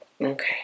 okay